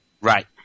Right